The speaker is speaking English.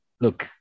Look